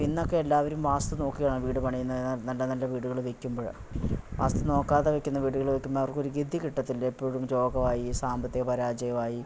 ഇന്നൊക്കെ എല്ലാവരും വാസ്തു നോക്കിയാണ് വീട് പണിയുന്നത് നല്ലനല്ല വീടുകൾ വയ്ക്കുമ്പോഴ് വാസ്തു നോക്കാെതെ വയ്ക്കുന്ന വീടുകൾ വയ്ക്കുന്നവർക്ക് ഒരു ഗതി കിട്ടത്തില്ല എപ്പോഴും രോഗമായി സാമ്പത്തിക പരാജയമായി